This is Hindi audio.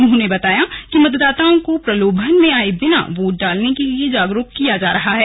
उन्होंने बताया कि मतदाताओं को प्रलोभन में आये बिना वोट डालने के लिए जागरूक किया जा रहा है